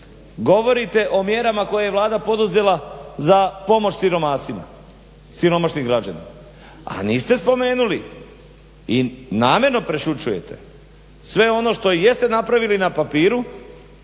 govorite o mjerama koje je Vlada poduzela za pomoć siromasima, siromašnim građanima, a niste spomenuli i namjerno prešućujete sve ono što jeste napravili na papiru,